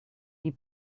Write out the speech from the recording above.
die